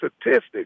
statistics